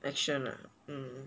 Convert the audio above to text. action ah mm